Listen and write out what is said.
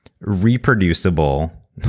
reproducible